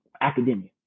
academia